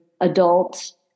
adults